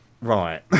Right